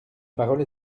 parole